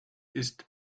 ist